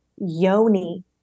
yoni